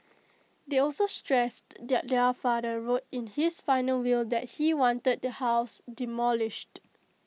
they also stressed that their father wrote in his final will that he wanted the house demolished